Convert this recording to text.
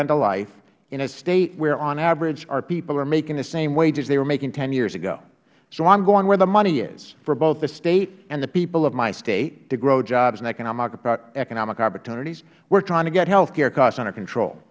end of life in a state where on average our people are making the same wages they were making ten years ago so i am going where the money is for both the state and the people of my state to grow jobs and economic opportunities we are trying to get health care costs under control